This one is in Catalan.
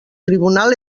tribunal